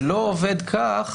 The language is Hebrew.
זה לא עובד כך